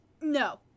no